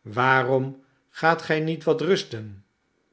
waarom gaat gij niet wat rusten